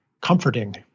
comforting